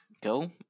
Go